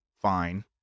fine